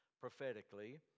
prophetically